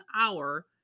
hour